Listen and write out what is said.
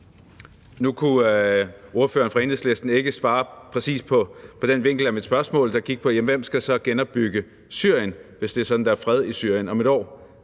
Nu kunne ordføreren fra Enhedslisten ikke svare præcis på den vinkel af mit spørgsmål, der gik på, hvem der så skal genopbygge Syrien, hvis det er sådan, at der er fred i Syrien om et år,